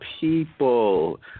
people